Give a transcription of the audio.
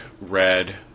red